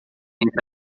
entre